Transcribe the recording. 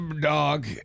Dog